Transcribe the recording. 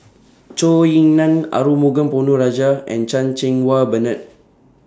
Zhou Ying NAN Arumugam Ponnu Rajah and Chan Cheng Wah Bernard